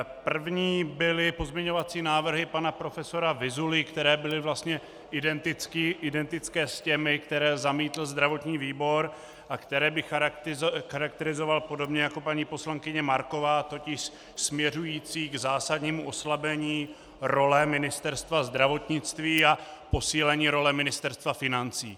První byly pozměňovací návrhy pana profesora Vyzuly, které byly vlastně identické s těmi, které zamítl zdravotní výbor a které bych charakterizovat podobně jako paní poslankyně Marková, totiž směřující k zásadnímu oslabení role Ministerstva zdravotnictví a posílení role Ministerstva financí.